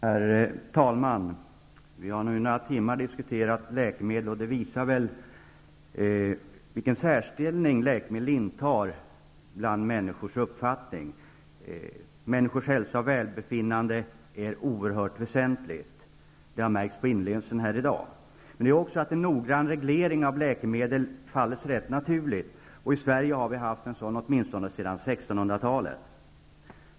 Herr talman! Vi har nu under några timmar diskuterat läkemedel. Det visar vilken särställning läkemedlen intar i människors intressen. Människors hälsa och välbefinnande är någonting oerhört väsentligt. Det har framgått av inlevelsen i debatten i dag. En noggrann reglering av läkemedel faller sig av det här skälet rätt naturlig, och i Sverige har vi haft en sådan reglering åtminstone sedan 1600-talet.